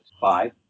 five